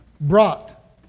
brought